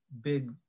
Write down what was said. big